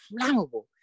flammable